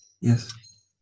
Yes